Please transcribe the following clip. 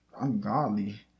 ungodly